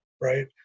Right